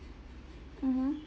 mmhmm